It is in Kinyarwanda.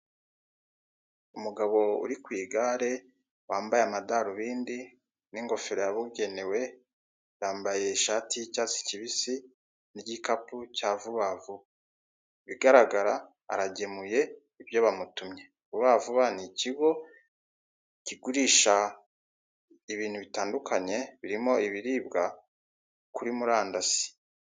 Umugabo uri ku igare wambaye amadarobindi n'ingofero yabugenewe yambaye ishati y'icyatsi kibisi n'igikapu cya vubavuba ibigaragara aragemuye ibyo bamutumye. Vubavuba ni ikigo kigurisha ibintu bitandukanye birimo ibiribwa kuri murandasi.